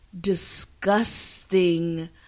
disgusting